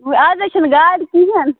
وۄنۍ اَز ہے چھِ نہٕ گاڈٕ کِہیٖنۍ